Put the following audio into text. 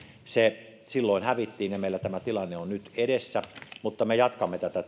se silloin hävittiin ja meillä tämä tilanne on nyt edessä mutta me jatkamme tätä